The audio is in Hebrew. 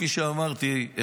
כפי שאמרתי,